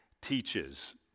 teaches